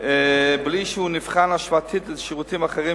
בלי שהוא נבחן השוואתית לשירותים אחרים,